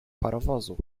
parowozu